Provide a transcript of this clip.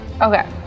Okay